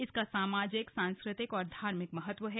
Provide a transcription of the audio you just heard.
इसका सामाजिक सांस्कृतिक और धार्मिक महत्व है